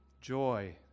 joy